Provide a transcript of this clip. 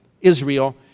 Israel